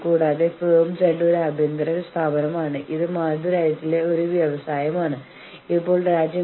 ചിലപ്പോഴൊക്കെ നീ എന്ന വാക്ക് നീയെന്ന പദപ്രയോഗം ഉപയോഗിക്കാം